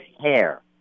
hair